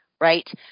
Right